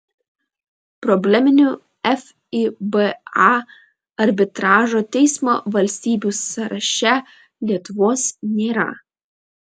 probleminių fiba arbitražo teismo valstybių sąraše lietuvos nėra